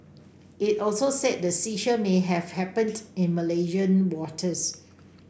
it also said the seizure may have happened in Malaysian waters